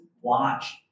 watch